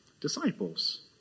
disciples